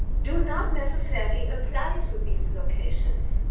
do not necessarily apply to these locations.